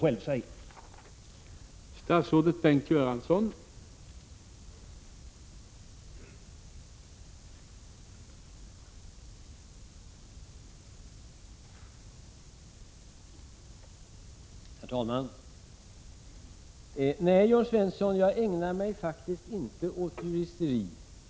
Det är vad hon själv säger.